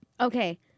Okay